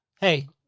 hey